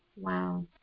Wow